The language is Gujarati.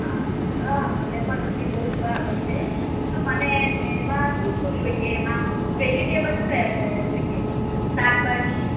હા મને પણ ઊંધિયું બોઉ જ ભાવે છે તો મને એમાં શું શું જોઈએ એમાં વેજિટેબલ્સ ક્યા ક્યા જોઈએ એમા શાકભાજી